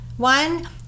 One